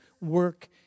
work